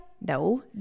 No